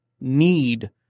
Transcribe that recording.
need